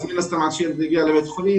וכתוצאה מכך הילד יכול להגיע לבית החולים